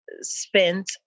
spent